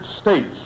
States